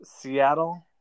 Seattle